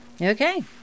Okay